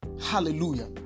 Hallelujah